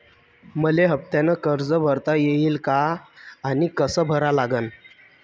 मले हफ्त्यानं कर्ज भरता येईन का आनी कस भरा लागन?